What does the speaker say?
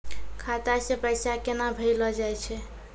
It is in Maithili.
खाता से पैसा केना भेजलो जाय छै?